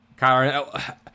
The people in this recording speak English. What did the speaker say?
Kyron